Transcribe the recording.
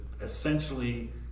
essentially